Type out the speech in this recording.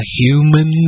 human